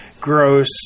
gross